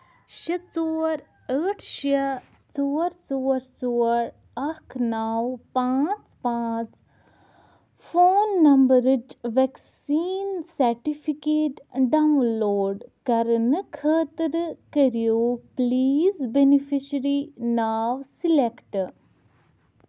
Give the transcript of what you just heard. شےٚ ژور ٲٹھ شےٚ ژور ژور ژور اکھ نو پانٛژھ پانٛژھ فون نمبرٕچ وٮ۪کسیٖن سرٹِفِکیٹ ڈاوُن لوڈ کرنہٕ خٲطرٕ کٔرِو پٕلیٖز بیٚنِفشرِی ناو سِلٮ۪کٹ